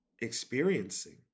experiencing